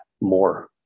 more